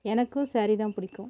எனக்கும் சேரீ தான் பிடிக்கும்